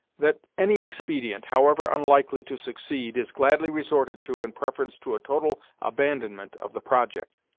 that any expedient, however unlikely to succeed, is gladly resorted to in preference to a total abandonment of the project.